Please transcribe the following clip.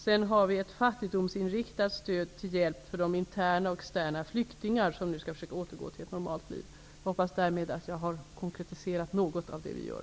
Vidare har vi ett fattigdomsinriktat stöd till hjälp för de interna och externa flyktingar som nu skall försöka återgå till ett normalt liv. Jag hoppas att jag med detta har konkretiserat något av det vi gör.